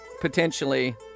potentially